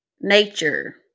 nature